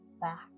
back